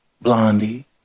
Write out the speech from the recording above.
Blondie